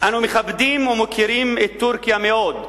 אנו מכבדים ומוקירים את טורקיה מאוד,